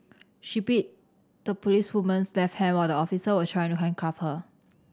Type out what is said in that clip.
she bit the policewoman's left hand while the officer was trying to handcuff her